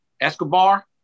Escobar